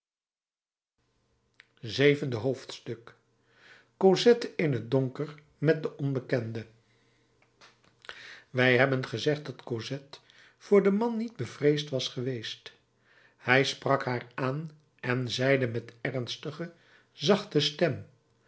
zevende hoofdstuk cosette in het donker met den onbekende wij hebben gezegd dat cosette voor den man niet bevreesd was geweest hij sprak haar aan en zeide met ernstige zachte stem